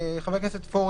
הכנסת פורר.